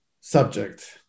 subject